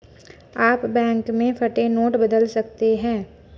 आप बैंक में फटे नोट बदल सकते हैं